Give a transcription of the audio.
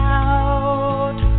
out